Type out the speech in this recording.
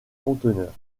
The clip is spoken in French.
conteneurs